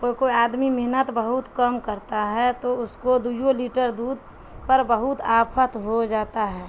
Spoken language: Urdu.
کوئی کوئی آدمی محنت بہت کم کرتا ہے تو اس کو دوو لیٹر دودھ پر بہت آفت ہو جاتا ہے